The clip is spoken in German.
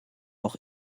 auch